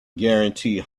guarantee